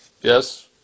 Yes